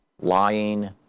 Lying